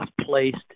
placed